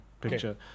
picture